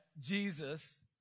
Jesus